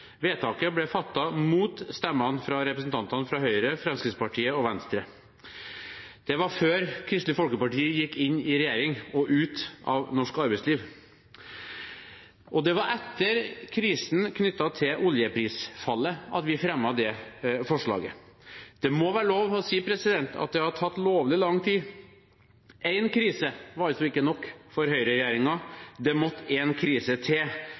Vedtaket ble fattet mot stemmene fra representantene fra Høyre, Fremskrittspartiet og Venstre. Det var før Kristelig Folkeparti gikk inn i regjering – og ut av norsk arbeidsliv – og det var etter krisen knyttet til oljeprisfallet at vi fremmet det forslaget. Det må være lov til å si at det har tatt lovlig lang tid. Én krise var altså ikke nok for høyreregjeringen. Det måtte enda en krise til